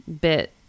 bit